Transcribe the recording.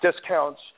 discounts